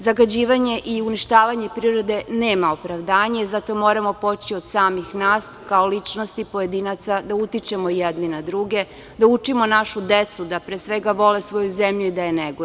Zagađivanje i uništavanje prirode nema opravdanje i zato moramo poći od samih nas, kao ličnosti pojedinaca da utičemo jedni na druge, da učimo našu decu da pre svega vole svoju zemlju i da je neguju.